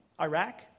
Iraq